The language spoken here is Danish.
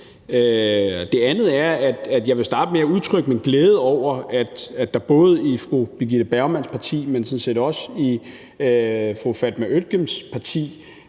Det andet er, at jeg vil starte med at udtrykke min glæde over, at der både i fru Birgitte Bergmans parti, men sådan set også i fru Fatma Øktems parti,